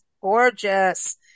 gorgeous